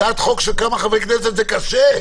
הצעת חוק של כמה חברי כנסת זה קשה.